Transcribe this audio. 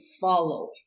follow